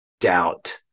doubt